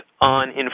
on